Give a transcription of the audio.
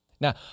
Now